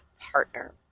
partner